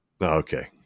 Okay